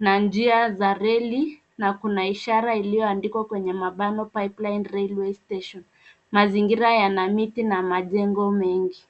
na njia za reli na kuna ishara iliyoandikwa kwenye mabano Pipeline Railway Station . Mazingira yana miti na majengo mengi.